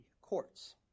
courts